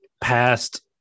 past